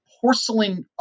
porcelain